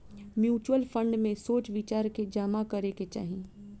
mutual fund में सोच विचार के जामा करे के चाही